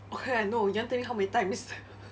okay I know you want tell me how many times